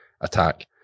attack